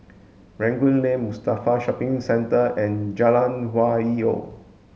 Rangoon Lane Mustafa Shopping Centre and Jalan Hwi Yoh